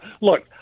Look